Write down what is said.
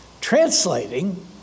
translating